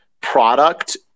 product